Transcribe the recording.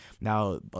Now